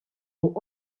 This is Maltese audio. fuq